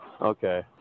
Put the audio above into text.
Okay